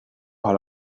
par